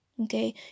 Okay